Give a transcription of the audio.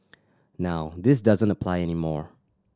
now this doesn't apply any more